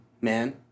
man